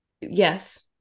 yes